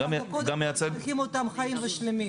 אנחנו קודם צריכים אותם חיים ושלמים.